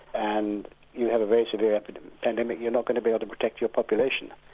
and you have a very severe pandemic, you're not going to be able to protect your population.